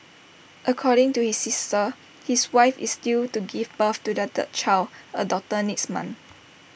according to his sister his wife is due to give birth to their third child A daughter next month